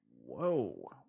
Whoa